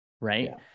Right